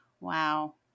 Wow